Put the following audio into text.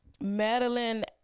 Madeline